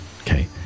okay